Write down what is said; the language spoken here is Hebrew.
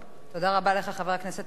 תודה רבה לך, חבר הכנסת אורי אורבך.